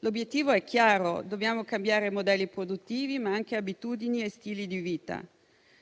L'obiettivo è chiaro: dobbiamo cambiare modelli produttivi, ma anche abitudini e stili di vita.